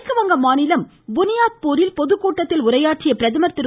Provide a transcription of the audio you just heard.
மேற்குவங்க மாநிலம் புனியாத்பூரில் பொதுக்கூட்டத்தில் உரையாற்றிய பிரதமர் திரு